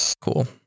cool